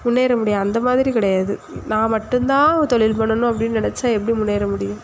முன்னேற முடியும் அந்தமாதிரி கிடையாது நான் மட்டும்தான் தொழில் பண்ணணும் அப்படின்னு நினச்சா எப்படி முன்னேற முடியும்